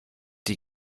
die